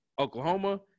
Oklahoma